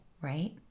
right